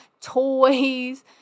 toys